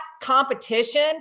competition